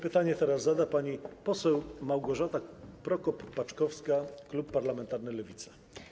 Pytanie teraz zada pani poseł Małgorzata Prokop-Paczkowska, klub parlamentarny Lewica.